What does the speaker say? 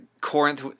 Corinth